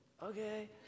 okay